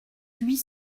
huit